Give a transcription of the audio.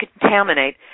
contaminate